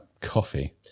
coffee